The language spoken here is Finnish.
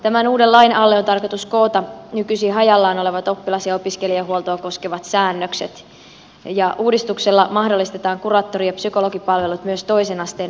tämän uuden lain alle on tarkoitus koota nykyisin hajallaan olevat oppilas ja opiskelijahuoltoa koskevat säännökset ja uudistuksella mahdollistetaan kuraattori ja psykologipalvelut myös toisen asteen opiskelijoille